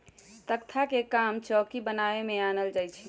तकख्ता के काम चौकि बनाबे में आनल जाइ छइ